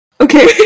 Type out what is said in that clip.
Okay